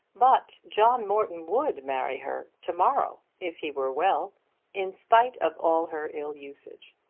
but john morton would marry her to-morrow if he were well in spite of all her ill usage!